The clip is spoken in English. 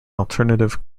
alternative